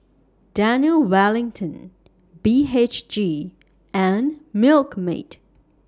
Daniel Wellington B H G and Milkmaid